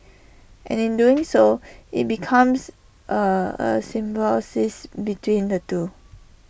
and in doing so IT becomes A a symbol says between the two